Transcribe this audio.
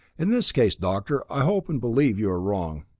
in this case, doctor, i hope and believe you are wrong.